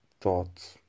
thoughts